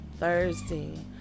thursday